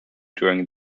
during